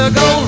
go